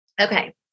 Okay